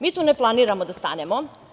Mi tu ne planiramo da stanemo.